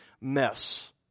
mess